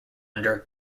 under